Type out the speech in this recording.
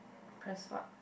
press what